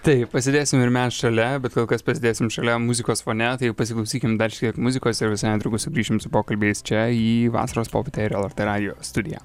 taip pasėdėsime ir mes šalia bet kol kas pasėdėsim šalia muzikos fone tai ir pasiklausykim dar šiek tiek muzikos ir visai netrukus sugrįšim su pokalbiais čia į vasaros popietę ir lrt radijo studiją